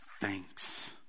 thanks